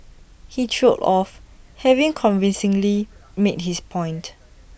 he trailed off having convincingly made his point